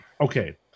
okay